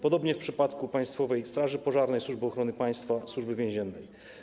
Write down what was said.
Podobnie w przypadku Państwowej Straży Pożarnej, Służby Ochrony Państwa i Służby Więziennej.